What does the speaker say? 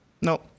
no